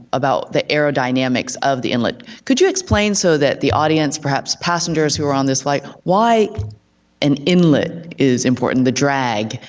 about the aerodynamics of the inlet. could you explain so that the audience, perhaps passengers who were on this flight, why an inlet is important, the drag.